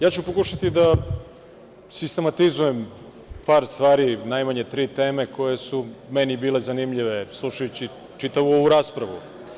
Ja ću pokušati da sistematizujem par stvari, najmanje tri teme koje su meni bile zanimljive, slušajući čitavu ovu raspravu.